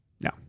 no